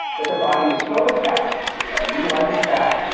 but the body is so adept at utilizing fat,